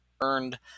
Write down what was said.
earned